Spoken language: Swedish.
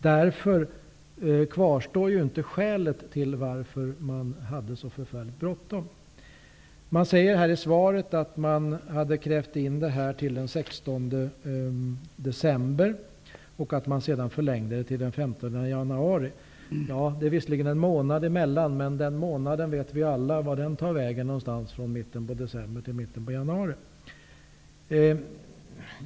Därför kvarstår inte skälet till att man hade så förfärligt bråttom. Näringsministern säger i svaret att man hade krävt in detta till den 16 december och att man sedan förlängde det till den 15 januari. Det är visserligen en månad till, men vi vet alla vad den månaden från mitten av december till mitten av januari tar vägen.